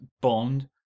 Bond